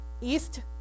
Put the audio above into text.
east